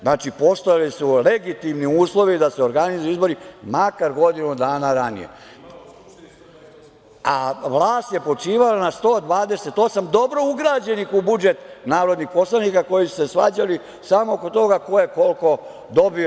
Znači, postojali su legitimni uslovi da se organizuju izbori makar godinu dana ranije, a vlast je počivala na 128, dobro ugrađenih u budžet, narodnih poslanika koji su se svađali samo oko toga ko je koliko dobio.